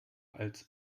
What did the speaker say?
als